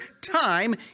time